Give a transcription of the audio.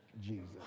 Jesus